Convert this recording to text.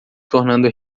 tornando